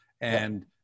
and-